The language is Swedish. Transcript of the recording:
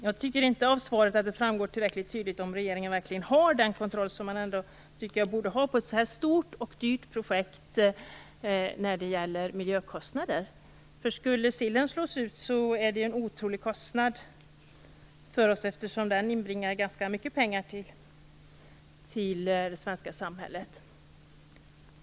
Jag tycker inte att det av svaret framgår tillräckligt tydligt om regeringen verkligen har den miljökostnadskontroll som man borde ha när det gäller ett så här stort och dyrt projekt. Skulle sillen slås ut, får man en oerhört stor kostnad, eftersom sillen inbringar mycket pengar till det svenska samhället.